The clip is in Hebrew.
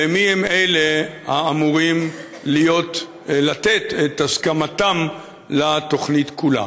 ומיהם אלה האמורים לתת את הסכמתם לתוכנית כולה.